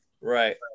Right